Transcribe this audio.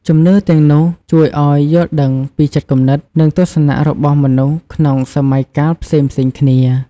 ជំនឿទាំងនោះជួយឲ្យយល់ដឹងពីចិត្តគំនិត និងទស្សនៈរបស់មនុស្សក្នុងសម័យកាលផ្សេងៗគ្នា។